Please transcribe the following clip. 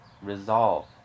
resolve